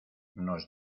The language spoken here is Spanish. nos